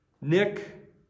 Nick